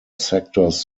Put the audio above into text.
sectors